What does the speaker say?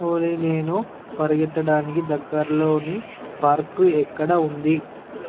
ఓలీ నేను పరిగెత్తడానికి దగ్గర్లోని పార్కు ఎక్కడ ఉంది